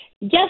yes